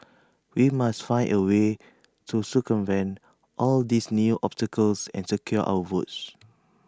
we must find A way to circumvent all these new obstacles and secure our votes